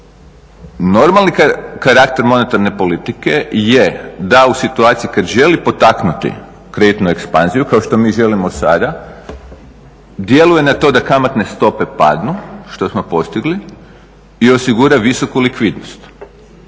Normalni karakter monetarne politike je da u situaciji kad želi potaknuti kreditnu ekspanziju, kao što mi želimo sada, djeluje na to da kamatne stope padnu što smo postigli i osigura visoku likvidnost.